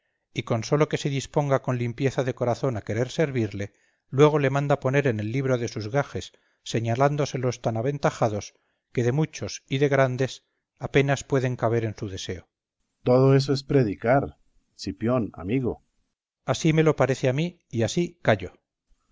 y con sólo que se disponga con limpieza de corazón a querer servirle luego le manda poner en el libro de sus gajes señalándoselos tan aventajados que de muchos y de grandes apenas pueden caber en su deseo berganza todo eso es predicar cipión amigo cipión así me lo parece a mí y así callo